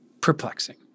perplexing